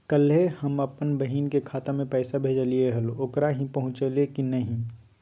कल्हे हम अपन बहिन के खाता में पैसा भेजलिए हल, ओकरा ही पहुँचलई नई काहे?